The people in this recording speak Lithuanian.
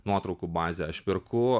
nuotraukų bazę aš perku